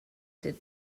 did